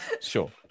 sure